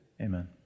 Amen